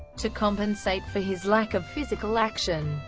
to compensate for his lack of physical action,